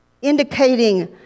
Indicating